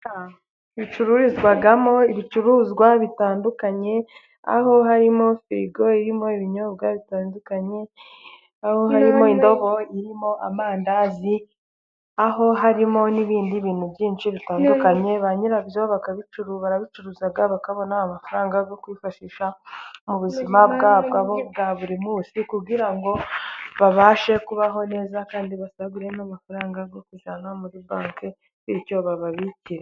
Amaduka acururizwamo ibicuruzwa bitandukanye aho harimo firigo irimo ibinyobwa bitandukanye, harimo indobo irimo amandazi, aho harimo n'ibindi bintu byinshi bitandukanye ba nyirabyo barabicuruza bakabona amafaranga yo kwifashisha mu buzima bwabo bwa buri munsi kugira ngo babashe kubaho neza kandi basagure n'amafaranga yo kuzana muri banki bityo babakire.